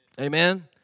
Amen